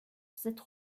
cette